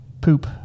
poop